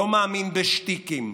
לא מאמין בשטיקים,